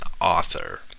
author